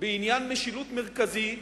בעניין משילות מרכזי,